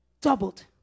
Doubled